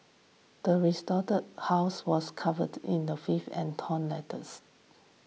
the desolated house was covered in the filth and torn letters